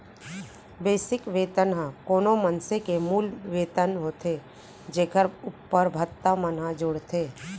basic वेतन ह कोनो मनसे के मूल वेतन होथे जेखर उप्पर भत्ता मन ह जुड़थे